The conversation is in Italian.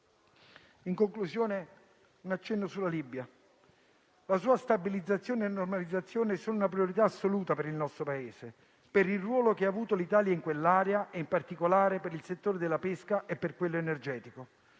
In conclusione, un accenno sulla Libia; la sua stabilizzazione e normalizzazione sono una priorità assoluta per il nostro Paese, per il ruolo che ha avuto l'Italia in quell'area e, in particolare, per il settore della pesca e per quello energetico.